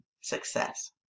success